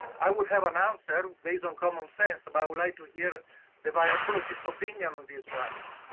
i would have an answer based on common sense um i would like to hear the biologist opinion on this one.